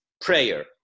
prayer